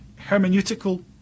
hermeneutical